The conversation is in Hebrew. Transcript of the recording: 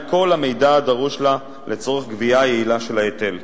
כל המידע הדרוש לה לצורך גבייה יעילה של ההיטל.